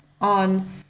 on